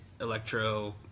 electro